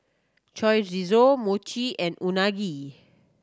Chorizo Mochi and Unagi